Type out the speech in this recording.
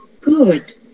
good